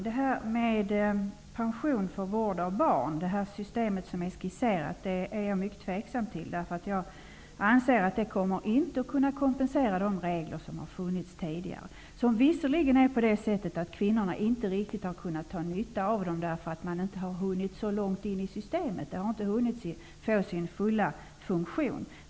Herr talman! Det system som är skisserat för pension för vård av barn är jag mycket tveksam till. Jag anser att det inte kommer att kompensera i samma mån som de regler som har funnits tidigare. Visserligen har kvinnorna inte riktigt kunnat dra nytta av dem, eftersom de inte har hunnit så långt in i systemet. Reglerna har inte hunnit få sin fulla funktion.